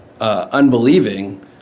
unbelieving